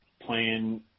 playing